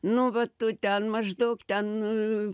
nu va tu ten maždaug ten